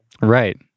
Right